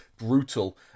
brutal